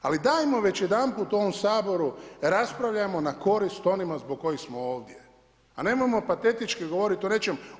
Ali dajmo već jedanput u ovom Saboru raspravljajmo na korist onih zbog kojih smo ovdje, a nemojmo patetički govoriti o nečemu.